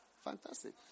Fantastic